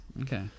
Okay